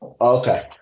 Okay